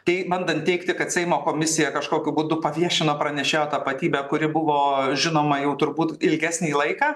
tai bandant teigti kad seimo komisija kažkokiu būdu paviešino pranešėjo tapatybę kuri buvo žinoma jau turbūt ilgesnį laiką